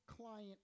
client